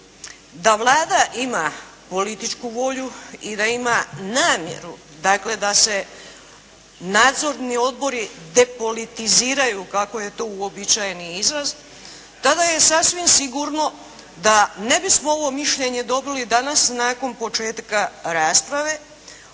da Vlada ima političku volju i da ima namjeru dakle da se nadzorni odbori depolitiziraju kako je to uobičajeni izraz, tada je sasvim sigurno da ne bismo ovo mišljenje dobili danas nakon početka rasprave